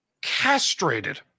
castrated